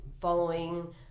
following